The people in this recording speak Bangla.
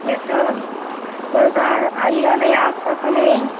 সে তো কোনো তো আ আইও নেই আশ্বাসও নেই